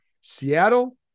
Seattle